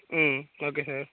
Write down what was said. ம் okay sir